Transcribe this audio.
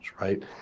right